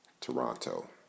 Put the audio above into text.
Toronto